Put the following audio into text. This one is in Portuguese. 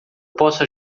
posso